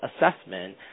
assessment